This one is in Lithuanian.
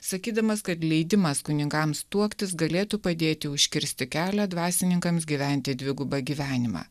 sakydamas kad leidimas kunigams tuoktis galėtų padėti užkirsti kelią dvasininkams gyventi dvigubą gyvenimą